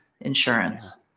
insurance